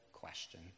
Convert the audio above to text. question